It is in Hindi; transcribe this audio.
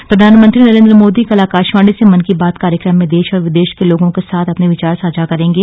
मन की बात प्रधानमंत्री नरेंद्र मोदी कल आकाशवाणी से मन की बात कार्यक्रम में देश और विदेश के लोगों के साथ अपने विचार साझा करेंगे